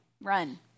run